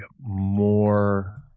more